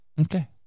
Okay